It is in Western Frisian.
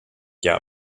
hja